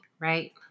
right